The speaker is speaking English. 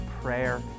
prayer